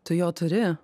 tu jo turi